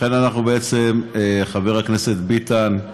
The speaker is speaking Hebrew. לכן חברי הכנסת ביטן,